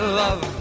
love